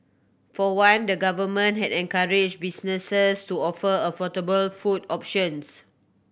for one the Government has encouraged businesses to offer affordable food options